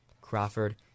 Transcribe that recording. Crawford